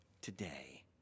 today